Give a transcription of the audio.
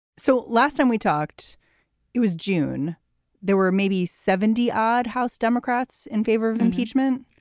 so last time we talked it was june there were maybe seventy odd house democrats in favor of impeachment.